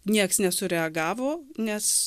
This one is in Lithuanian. nieks nesureagavo nes